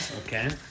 Okay